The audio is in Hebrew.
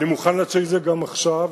אני מוכן להציג את גם עכשיו.